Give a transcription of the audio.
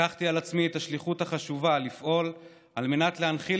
לקחתי על עצמי את השליחות החשובה לפעול להנחיל